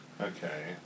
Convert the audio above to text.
Okay